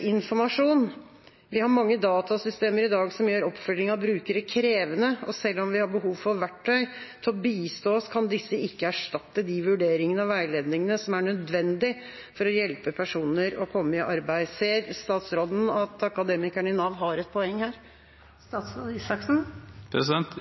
informasjon, at det er mange datasystemer i dag som gjør oppfølgingen av brukere krevende, og at selv om det er behov for verktøy til å bistå, kan disse ikke erstatte de vurderingene og veiledningene som er nødvendige for å hjelpe personer med å komme i arbeid. Ser statsråden at Akademikerne i Nav har et poeng her?